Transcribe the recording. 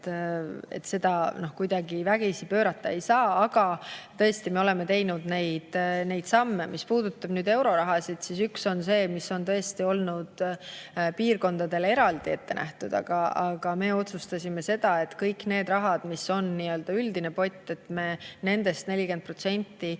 seda kuidagi vägisi pöörata ei saa. Aga tõesti, me oleme teinud neid samme. Mis puudutab nüüd eurorahasid, siis üks on see, et need tõesti on olnud piirkondadele eraldi ette nähtud, aga me otsustasime, et kogu sellest rahast, mis on nii-öelda üldine pott, sellest me